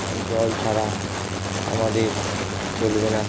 কারণ জল ছাড়া আমাদের চলবে না